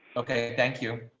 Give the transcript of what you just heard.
okay. thank you.